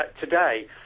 today